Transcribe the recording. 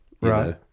right